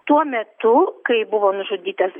tuo metu kai buvo nužudytas